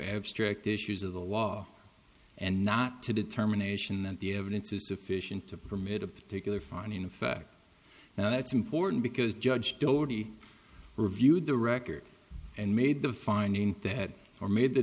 abstract issues of the law and not to determination that the evidence is sufficient to permit a particular finding of fact now that's important because judge doty reviewed the record and made the finding that or made the